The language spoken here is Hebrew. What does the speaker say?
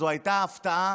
זו הייתה הפתעה